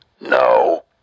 No